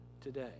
today